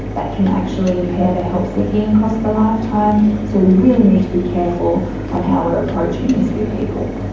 that can actually impair their help-seeking across the lifetime, so we really need to be careful on how we are approaching this with people.